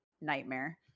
nightmare